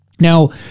Now